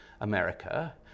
America